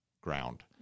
ground